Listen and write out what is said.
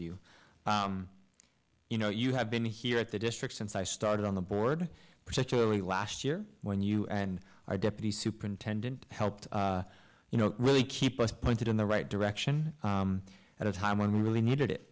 you you know you have been here at the district since i started on the board particularly last year when you and i deputy superintendent helped you know really keep us pointed in the right direction at a time when we really needed it